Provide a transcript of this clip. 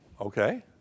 Okay